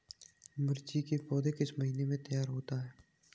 मिर्च की पौधा किस महीने में तैयार होता है?